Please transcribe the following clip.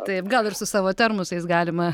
taip gal ir su savo termosais galima